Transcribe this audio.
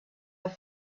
have